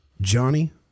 Johnny